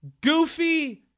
goofy